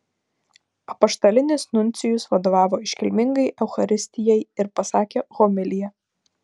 apaštalinis nuncijus vadovavo iškilmingai eucharistijai ir pasakė homiliją